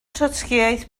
trotscïaeth